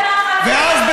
ואז,